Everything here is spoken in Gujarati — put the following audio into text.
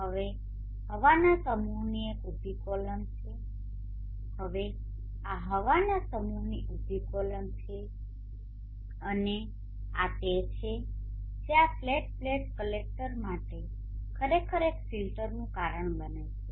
હવે હવાના સમૂહની એક ઉભી કોલમ છે હવે આ હવાના સમૂહની ઉભી કોલમ છે અને આ તે છે જે આ ફ્લેટ પ્લેટ કલેક્ટર માટે ખરેખર એક ફિલ્ટરનું કારણ બને છે